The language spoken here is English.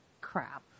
crap